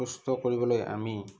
সুস্থ কৰিবলৈ আমি